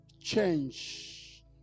change